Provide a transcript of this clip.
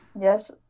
Yes